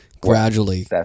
gradually